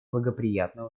благоприятные